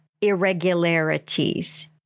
irregularities